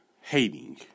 hating